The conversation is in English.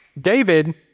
David